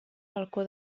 balcó